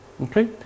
Okay